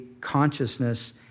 consciousness